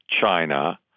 China